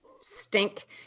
stink